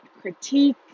critique